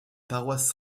paroisse